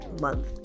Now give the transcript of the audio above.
month